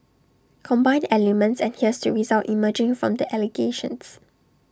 combine the elements and here's the result emerging from the allegations